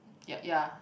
ya ya